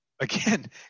again